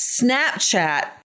Snapchat